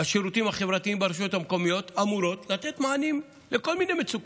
השירותים החברתיים ברשויות המקומיות אמורות לתת מענים לכל מיני מצוקות,